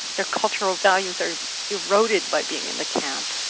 their cultural values are eroded by being in the camp.